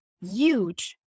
huge